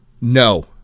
no